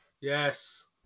Yes